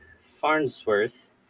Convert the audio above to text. Farnsworth